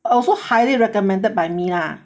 also highly recommended by me lah